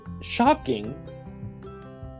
shocking